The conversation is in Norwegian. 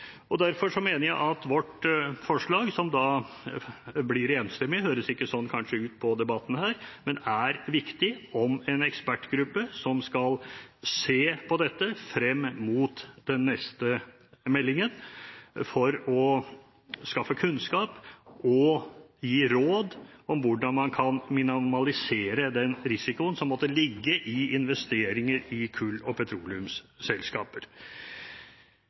Derfor mener jeg at vårt forslag, som blir enstemmig vedtatt – det høres kanskje ikke slik ut på debatten her – er viktig. Det handler om en ekspertgruppe som skal se på dette frem mot den neste meldingen, for å skaffe kunnskap og gi råd om hvordan man kan minimere den risikoen som måtte ligge i investeringer i kull- og petroleumsselskaper.